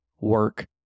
work